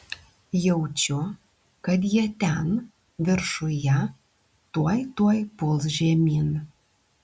jaučiu kad jie ten viršuje tuoj tuoj puls žemyn